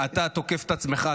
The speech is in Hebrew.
אתה תוקף את עצמך,